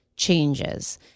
changes